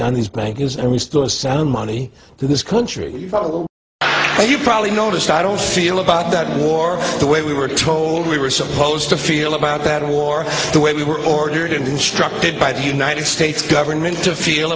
done these bankers and we still sound money to this country you probably noticed i don't feel about that more the way we were told we were supposed to feel about that war the way we were ordered instructed by the united states government to feel